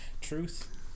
Truth